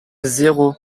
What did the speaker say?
zéro